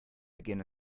begin